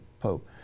Pope